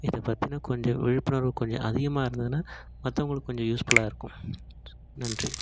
இதை பற்றின கொஞ்சம் விழிப்புணர்வு கொஞ்சம் அதிகமாக இருந்ததுனா மற்றவங்களுக்கு கொஞ்சம் யூஸ்ஃபுல்லாக இருக்கும் நன்றி